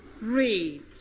Read